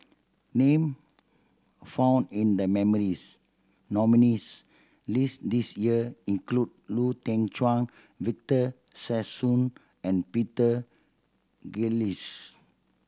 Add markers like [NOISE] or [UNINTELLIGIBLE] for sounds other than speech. name found in the [UNINTELLIGIBLE] nominees' list this year include Lau Teng Chuan Victor Sassoon and Peter Gilchrist